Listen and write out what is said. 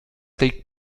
take